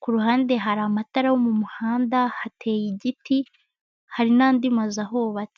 ku ruhande hari amatara yo mu muhanda hateye igiti, hari n'andi mazu ahubatse.